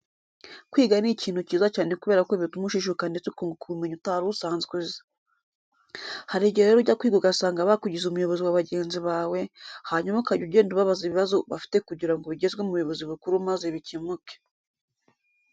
Kwiga ni ikintu cyiza cyane kubera ko bituma ujijuka ndetse ukunguka ubumenyi utari usanzwe uzi. Hari igihe rero ujya kwiga ugasanga bakugize umuyobozi w'abagenzi bawe, hanyuma ukajya ugenda ubabaza ibibazo bafite kugira ngo bigezwe mu buyobozi bukuru maze bikemuke.